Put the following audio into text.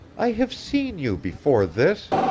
i have seen you before this!